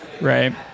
right